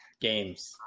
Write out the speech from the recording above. games